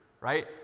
right